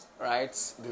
right